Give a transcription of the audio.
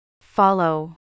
Follow